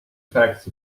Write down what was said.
facts